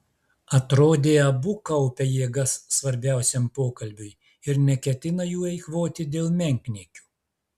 atrodė abu kaupia jėgas svarbiausiam pokalbiui ir neketina jų eikvoti dėl menkniekių